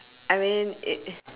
I mean it